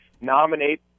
nominate